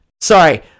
Sorry